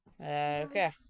Okay